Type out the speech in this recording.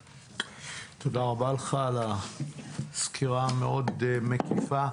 תודה רבה לך על הסקירה המאוד מקיפה.